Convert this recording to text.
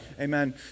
amen